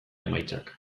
emaitzak